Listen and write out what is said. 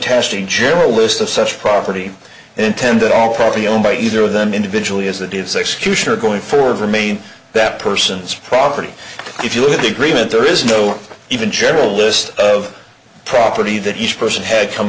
attesting share a list of such property intended all property owned by either of them individually as the daves executioner going forward remain that person's property if you look at the agreement there is no even general list of property that each person had come